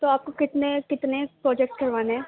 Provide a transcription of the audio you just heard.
تو آپ کو کتنے کتنے پروجیکٹ کروانے ہیں